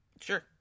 Sure